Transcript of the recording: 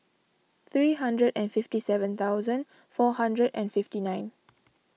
three hundred and fifty seven thousand four hundred and fifty nine